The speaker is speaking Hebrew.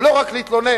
לא רק להתלונן.